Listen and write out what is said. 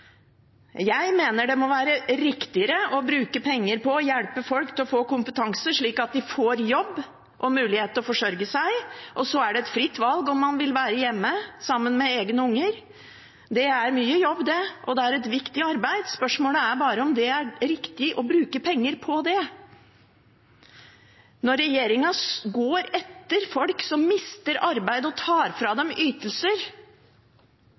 Jeg mener det må være riktigere å bruke penger på å hjelpe folk til å få kompetanse, slik at de får jobb og mulighet til å forsørge seg, og så er det et fritt valg om man vil være hjemme sammen med egne unger. Det er mye jobb, det, og det er et viktig arbeid, spørsmålet er bare om det er riktig å bruke penger på det. Når regjeringen går etter folk som mister arbeid, og tar ytelser fra